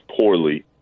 poorly